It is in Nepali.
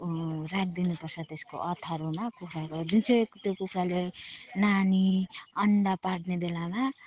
राखिदिनु पर्छ त्यसको ओथ्रामा कुखुराहरू जुन चाहिँ त्यो कुखुराले नानी अण्डा पार्ने बेलामा